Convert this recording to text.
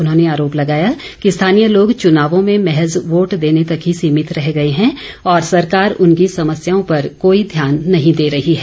उन्होंने आरोप लगाया कि स्थानीय लोग चुनावों में महज़ वोट देने तक ही सीमित रह गए हैं और सरकार उनकी समस्याओं पर कोई ध्यान नहीं दे रही है